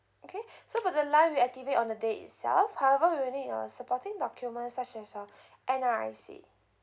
okay so for the line we'll activate on the day itself however we will need your supporting documents such as your N_R_I_C